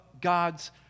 God's